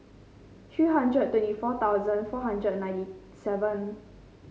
three hundred twenty four thousand four hundred ninety seven